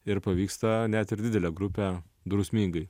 ir pavyksta net ir didelę grupę drausmingai